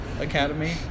academy